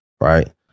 right